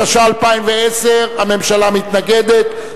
התש"ע 2010. הממשלה מתנגדת.